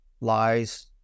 lies